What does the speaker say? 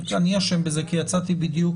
אני אשם בזה כי יצאתי בדיוק